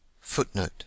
Footnote